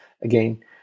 Again